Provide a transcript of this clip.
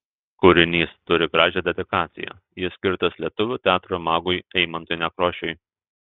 kūrinys turi gražią dedikaciją jis skirtas lietuvių teatro magui eimuntui nekrošiui